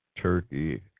Turkey